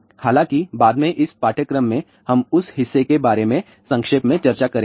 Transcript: हालांकि बाद में इस पाठ्यक्रम में हम उस हिस्से के बारे में संक्षेप में चर्चा करेंगे